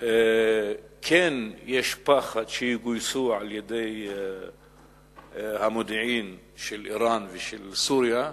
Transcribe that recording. כן יש פחד שיגויסו על-ידי המודיעין של אירן ושל סוריה,